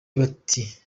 bati